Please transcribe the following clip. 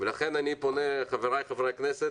לכן אני פונה, חבריי חברי הכנסת,